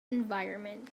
environment